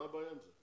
מה הבעיה עם זה?